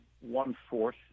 one-fourth